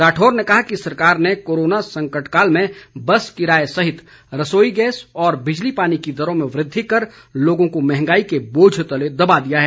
राठौर ने कहा कि सरकार ने कोरोना संकटकाल में बस किराए सहित रसोई गैस और बिजली पानी की दरों में वृद्धि कर लोगों को मंहगाई के बोझ तले दबा दिया है